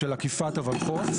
של עקיפת הולחו"ף,